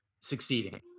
succeeding